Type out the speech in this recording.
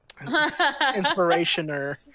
inspirationer